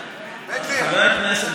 בחייך, הרי זה אותו חוק, באותו נוסח.